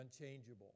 unchangeable